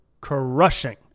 crushing